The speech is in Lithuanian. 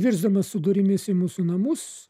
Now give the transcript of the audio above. virsdamas su durimis į mūsų namus